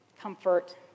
comfort